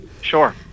Sure